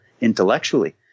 intellectually